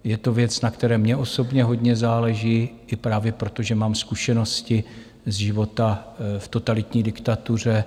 Je to věc, na které mně osobně hodně záleží i právě proto, že mám zkušenosti ze života v totalitní diktatuře.